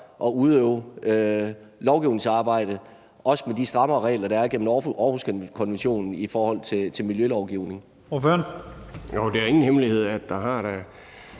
at udøve lovgivningsarbejde, også med de strammere regler, der er, gennem Århuskonventionen i forhold til miljølovgivning. Kl. 12:05 Første næstformand (Leif